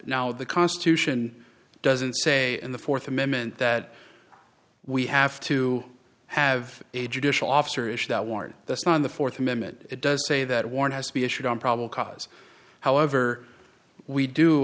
now the constitution doesn't say in the fourth amendment that we have to have a judicial officer is that worn this on the fourth amendment it does say that one has to be issued on probable cause however we do